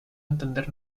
entender